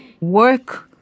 work